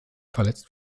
verletzt